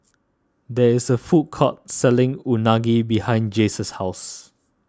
there is a food court selling Unagi behind Jace's house